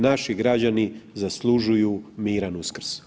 Naši građani zaslužuju miran Uskrs.